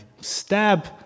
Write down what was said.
stab